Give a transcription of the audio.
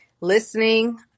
listening